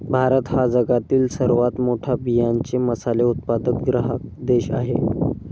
भारत हा जगातील सर्वात मोठा बियांचे मसाले उत्पादक ग्राहक देश आहे